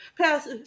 pass